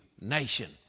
nation